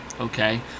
Okay